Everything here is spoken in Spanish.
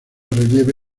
relieve